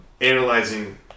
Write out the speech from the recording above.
analyzing